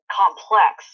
complex